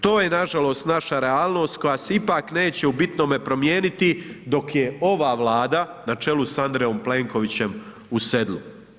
To je nažalost naša realnost koja se ipak neće u bitnome promijeniti dok je ova Vlada na čelu sa Andrejom Plenkovićem u sedlu.